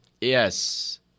Yes